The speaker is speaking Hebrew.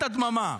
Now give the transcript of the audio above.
אתה דממה.